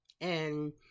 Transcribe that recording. and-